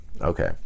Okay